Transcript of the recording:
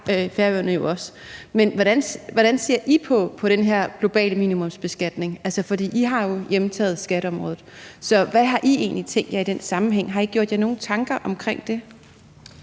Hvordan ser I på den her globale minimumsbeskatning? I har jo hjemtaget skatteområdet. Hvad har I egentlig tænkt jer i den sammenhæng? Har I gjort jer nogen tanker omkring det?